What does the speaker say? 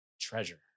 treasure